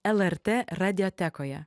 lrt radiotekoje